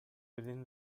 within